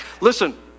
Listen